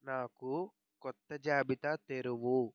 నాకు కొత్త జాబితా తెరువు